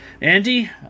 Andy